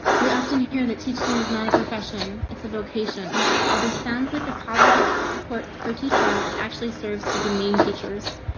we often hear that teaching is not a profession, it's a vocation. well, this sounds like a positive support for teachers. it actually serves to demesne teachers.